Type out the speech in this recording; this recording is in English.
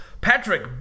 Patrick